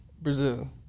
brazil